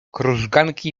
krużganki